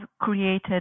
created